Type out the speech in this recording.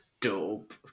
dope